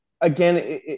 again